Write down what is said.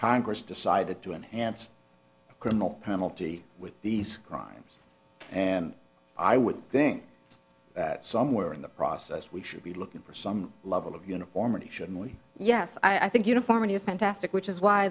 congress decided to enhance criminal penalty with these crimes and i would think that somewhere in the process we should be looking for some level of uniformity shouldn't we yes i think uniformity is pentasa which is why